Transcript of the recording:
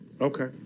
Okay